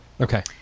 Okay